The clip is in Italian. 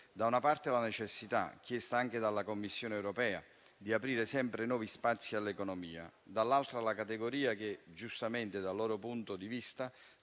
Da una parte, vi è la necessità, avanzata anche dalla Commissione europea, di aprire sempre nuovi spazi all'economia; dall'altra, la categoria che giustamente, dal suo punto di vista,